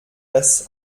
das